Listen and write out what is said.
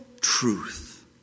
truth